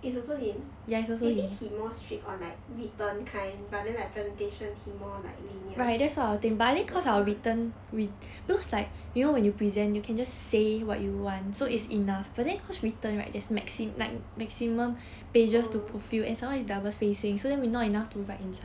it's also him maybe he more strict on like written kind but then like presentation he more like lenient mm oh